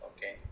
Okay